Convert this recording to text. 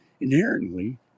Inherently